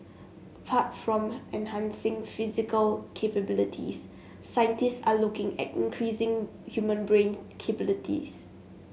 apart from enhancing physical capabilities scientists are looking at increasing human brain capabilities